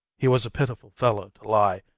he was a pitiful fellow, to lie,